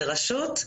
לרשות,